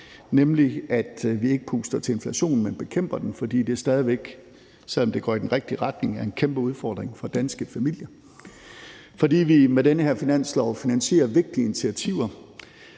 nemlig at vi ikke puster til inflationen, men bekæmper den, for selv om det går i den rigtige retning, er det stadig væk en kæmpe udfordring for danske familier, dels fordi vi med den her finanslov finansierer vigtige initiativer,